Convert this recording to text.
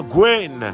Gwen